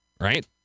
right